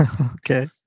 Okay